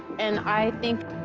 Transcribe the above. and i think.